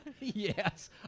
Yes